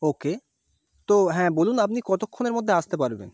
ওকে তো হ্যাঁ বলুন আপনি কতক্ষণের মধ্যে আসতে পারবেন